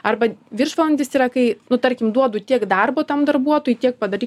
arba viršvalandis yra kai nu tarkim duodu tiek darbo tam darbuotojui tiek padary